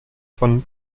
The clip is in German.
von